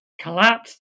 collapsed